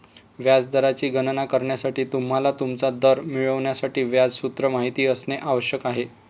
व्याज दराची गणना करण्यासाठी, तुम्हाला तुमचा दर मिळवण्यासाठी व्याज सूत्र माहित असणे आवश्यक आहे